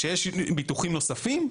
שיש ביטוחים נוספים,